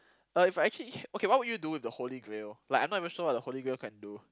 uh if I actually okay what would you do with the holy grail like I'm not even sure what the holy grail can do